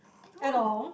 at all